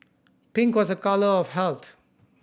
pink was a colour of health